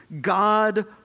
God